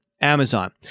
Amazon